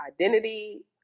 identity